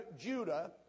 Judah